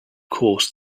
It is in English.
course